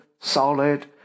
solid